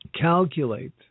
calculate